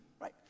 right